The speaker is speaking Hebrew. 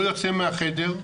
לא יוצא מהחדר,